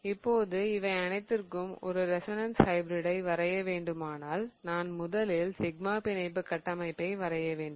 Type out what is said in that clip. இப்போது இவை அனைத்திற்கும் ஒரு ரெசோனன்ஸ் ஹைபிரிடை வரைய வேண்டுமானால் நான் முதலில் சிக்மா பிணைப்பு கட்டமைப்பை வரைய வேண்டும்